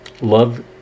Love